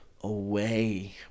away